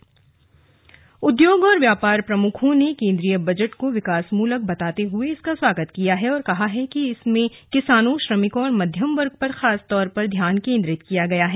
slug budget प्रतिक्रिया उद्योग और व्यापार प्रमुखों ने केन्द्रीय बजट को विकासमूलक बताते हुए इसका स्वागत किया है और कहा है कि इसमें किसानों श्रमिकों और मध्यम वर्ग पर खास तौर पर ध्यान केन्द्रित किया गया है